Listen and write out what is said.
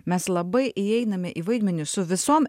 mes labai įeiname į vaidmenį su visom